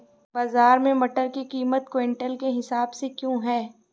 बाजार में मटर की कीमत क्विंटल के हिसाब से क्यो है?